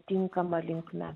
tinkama linkme